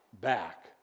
back